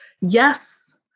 yes